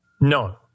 No